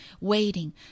waiting